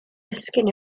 disgyn